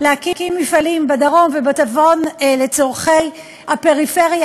להקים מפעלים בדרום ובצפון לצורכי הפריפריה,